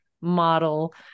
model